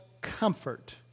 comfort